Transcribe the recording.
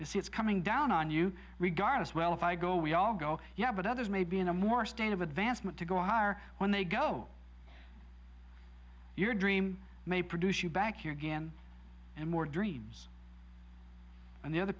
this is coming down on you regardless well if i go we all go yeah but others may be in a more state of advancement to go higher when they go your dream may produce you back here again and more dreams and the other